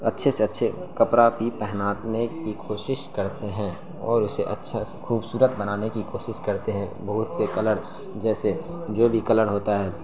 اچھے سے اچھے کپرا بھی پہنانے کی کوشش کرتے ہیں اور اسے اچھا سا خوبصورت بنانے کی کوشش کرتے ہیں بہت سے کلر جیسے جو بھی کلر ہوتا ہے